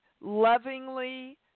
lovingly